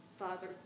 Father